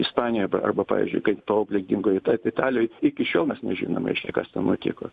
ispanijoje arba pavyzdžiui kaip tobligingo itad italijoj iki šiol mes nežinome kas ten nutiko